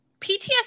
PTSD